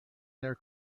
their